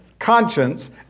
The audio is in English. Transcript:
conscience